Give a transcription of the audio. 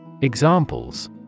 Examples